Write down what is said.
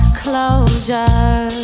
closure